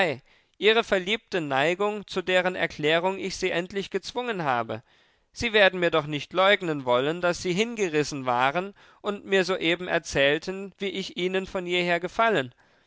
ihre verliebte neigung zu deren erklärung ich sie endlich gezwungen habe sie werden mir doch nicht leugnen wollen daß sie hingerissen waren und mir soeben erzählten wie ich ihnen von jeher gefallen